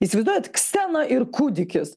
įsivaizduojat ksena ir kūdikis